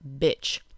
bitch